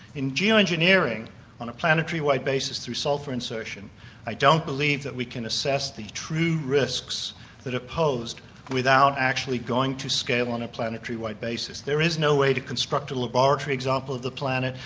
in geo-engineering on a planetary-wide basis through sulphur insertion i don't believe that we can assess the true risks that are posed without actually going to scale on a planetary-wide basis. there is no way to construct a laboratory example of the planet,